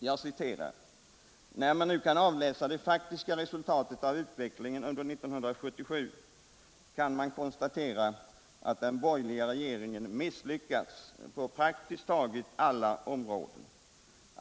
Jag citerar: ”När nu de faktiska resultaten av politiken under 1977 kan avläsas kan man konstatera att regeringen misslyckats på praktiskt taget samtliga områden.